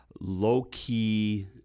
low-key